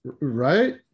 right